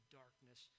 darkness